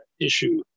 issue